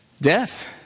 death